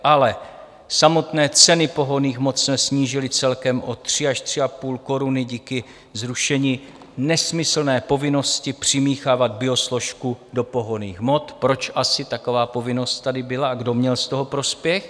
Ale samotné ceny pohonných hmot jsme snížili celkem o 3 až 3,5 koruny díky zrušení nesmyslné povinnosti přimíchávat biosložku do pohonných hmot proč asi taková povinnost tady byla a kdo měl z toho prospěch?